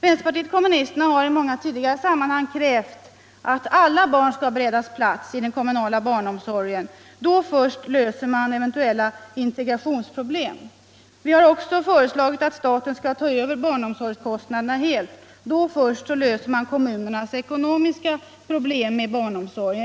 Vänsterpartiet kommunisterna har i många tidigare sammanhang krävt att alla barn skall beredas plats i den kommunala barnomsorgen. Då först löser man eventuella integrationsproblem. Vi har också föreslagit att staten skall ta över barnomsorgskostnaderna helt. Då först löser man kommunernas ekonomiska problem med barnomsorgen.